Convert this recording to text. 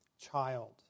child